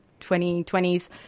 2020s